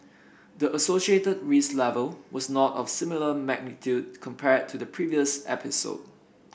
the associated risk level was not of similar magnitude compared to the previous episode